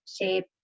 shape